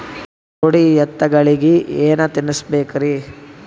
ಜೋಡಿ ಎತ್ತಗಳಿಗಿ ಏನ ತಿನಸಬೇಕ್ರಿ?